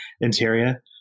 interior